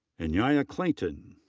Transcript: and yeah anyia clayton.